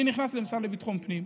אני נכנס למשרד לביטחון הפנים.